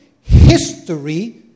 history